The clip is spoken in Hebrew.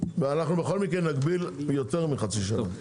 אנחנו בכל מקרה נגביל יותר מחצי שנה.